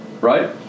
right